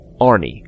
Arnie